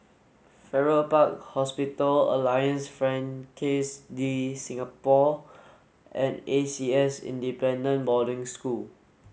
Farrer Park Hospital Alliance Francaise de Singapour and A C S Independent Boarding School